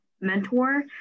mentor